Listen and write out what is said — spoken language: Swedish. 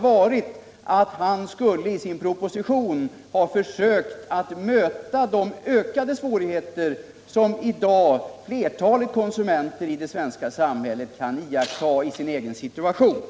varit att han i sin proposition skulle ha försökt att möta de ökade svårigheter som flertalet konsumenter i dag kan iaktta i sin egen situation.